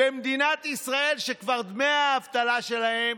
במדינת ישראל, שדמי האבטלה שלהם